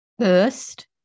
First